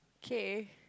K